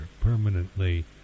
permanently